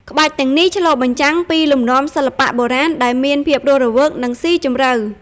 ក្បាច់ទាំងនេះឆ្លុះបញ្ចាំងពីលំនាំសិល្បៈបុរាណ ដែលមានភាពរស់រវើក និងស៊ីជម្រៅ។